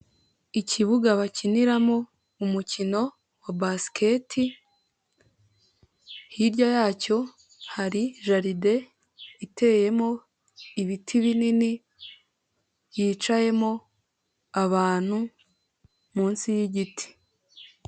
Ikibuga bakiniramo umukino wa basiketi, hirya yacyo hari jaride iteyemo ibiti binini yicayemo abantu munsi y'igiti.